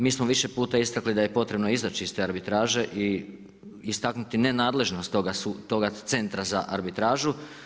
Mi smo više puta istakli da je potrebno izaći iz te arbitraže i istaknuti nenadležnost toga Centra za arbitražu.